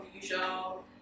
usual